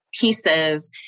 pieces